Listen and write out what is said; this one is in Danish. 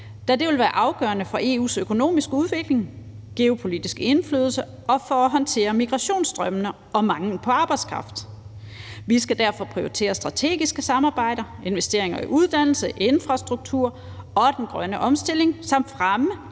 da det vil være afgørende for EU's økonomiske udvikling, for geopolitisk indflydelse og for at håndtere migrationsstrømmene og manglen på arbejdskraft. Vi skal derfor prioritere strategiske samarbejder og investeringer i uddannelse, infrastruktur og den grønne omstilling samt fremme